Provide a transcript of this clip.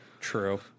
True